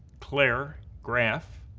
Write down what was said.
claire graf,